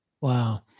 Wow